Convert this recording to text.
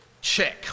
check